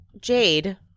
jade